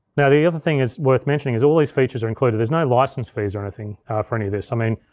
now the other thing is worth mentioning, is all these features are included. there's no license fees or anything for any of this. i mean,